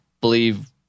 believe